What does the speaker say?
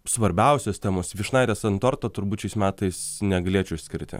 svarbiausios temos vyšnaitės ant torto turbūt šiais metais negalėčiau išskirti